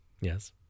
Yes